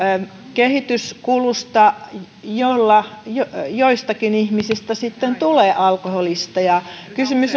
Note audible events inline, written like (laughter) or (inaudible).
kehityskulusta jolla joistakin ihmisistä sitten tulee alkoholisteja kysymys (unintelligible)